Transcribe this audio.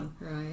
Right